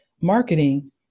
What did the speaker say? marketing